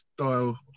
style